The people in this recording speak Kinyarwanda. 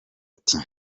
ati